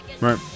Right